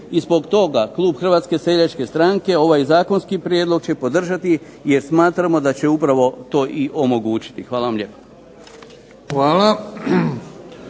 zbog toga klub Hrvatske seljačke stranke ovaj zakonski prijedlog će podržati jer smatramo da će upravo to i omogućiti. Hvala vam lijepa.